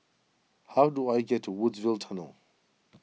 how do I get to Woodsville Tunnel